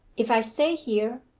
if i stay here,